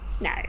No